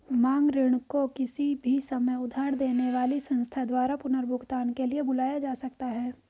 मांग ऋण को किसी भी समय उधार देने वाली संस्था द्वारा पुनर्भुगतान के लिए बुलाया जा सकता है